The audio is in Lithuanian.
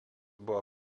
buvo